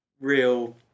real